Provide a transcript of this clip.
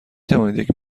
توانید